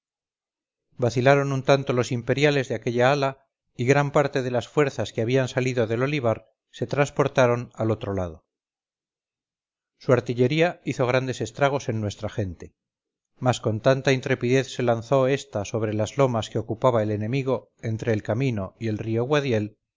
vacilaron un tanto los imperiales de aquella ala y gran parte de las fuerzas que habían salido del olivar se transportaron al otro lado su artillería hizo grandes estragos en nuestra gente mas con tanta intrepidez se lanzó esta sobre las lomas que ocupaba el enemigo entre el camino y el río